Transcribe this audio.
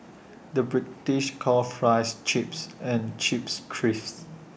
the British calls Fries Chips and Chips Crisps